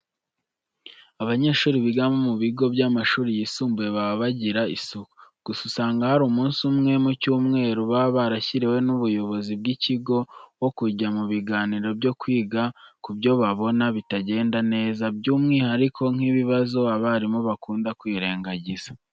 Abanyeshuri biga mu bigo by'amashuri yisumbuye baba bagira isuku. Gusa usanga hari umunsi umwe mu cyumweru baba barashyiriweho n'ubuyobozi bw'ikigo wo kujya mu biganiro byo kwiga ku byo babona bitagenda neza, by'umwuhariko nk'ibibazo abarimu bakunda kwirengagiza.